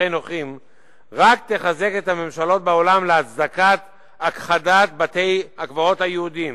רק תחזק את הממשלות בעולם להצדקת הכחדת בתי-הקברות היהודיים.